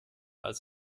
als